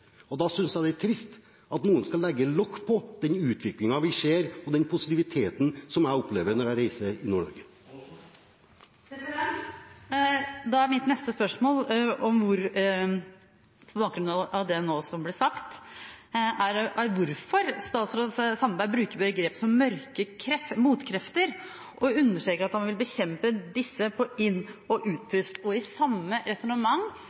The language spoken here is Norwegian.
og da synes jeg det er trist at noen skal legge lokk på den utviklingen vi ser, og den positiviteten som jeg opplever når jeg reiser i Nord-Norge. Da er mitt neste spørsmål, på bakgrunn av det som nå ble sagt, hvorfor statsråd Sandberg bruker begreper som «mørke motkrefter» og understreker at han vil bekjempe disse på inn- og utpust, og i samme resonnement